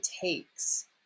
takes